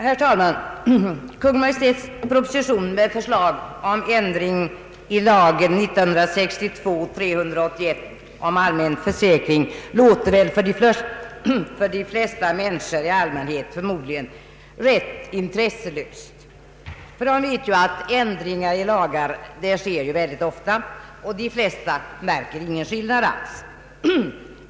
Herr talman! ”Kungl. Maj:ts proposition med förslag till lag om ändring i lagen om allmän försäkring, m.m.” låter väl för de flesta människor rätt intresselöst, ty de vet ju att ändringar i lagar sker väldigt ofta och de flesta märker inte någon skillnad alls.